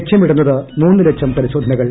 ലക്ഷ്യമിടുന്നത് മൂന്ന് ലക്ഷം പരിശോധനകൾ